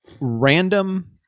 Random